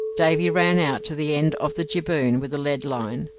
davy ran out to the end of the jibboom with a lead line.